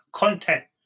Content